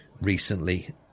recently